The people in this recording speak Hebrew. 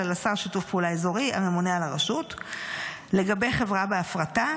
אלא לשר לשיתוף פעולה אזורי והממונה על הרשות לגבי חברה בהפרטה,